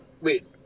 Wait